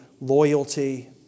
loyalty